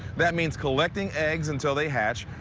that means collecting eggs until they hatch,